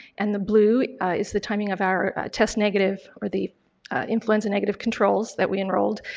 and the blue is the timing of our test negative or the influenza negative controls that we enrolled.